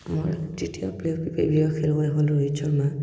মোৰ তৃতীয় প্ৰিয় খেলুৱৈ হ'ল ৰোহিত শৰ্মা